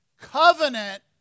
Covenant